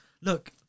look